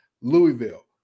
Louisville